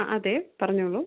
അതേ പറഞ്ഞോളൂ